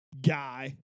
guy